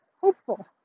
hopeful